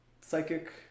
psychic